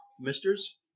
Misters